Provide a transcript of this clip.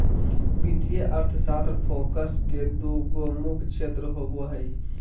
वित्तीय अर्थशास्त्र फोकस के दू गो मुख्य क्षेत्र होबो हइ